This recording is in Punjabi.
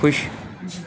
ਖੁਸ਼